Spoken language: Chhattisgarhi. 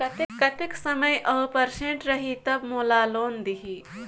कतेक समय और परसेंट रही तब मोला लोन देही?